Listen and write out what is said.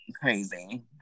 crazy